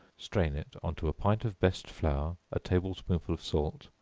strain it on to a pint of best flour, a table-spoonful of salt,